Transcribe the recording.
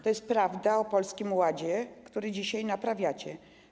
To jest prawda o Polskim Ładzie, który dzisiaj naprawiacie.